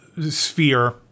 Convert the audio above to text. sphere